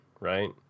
right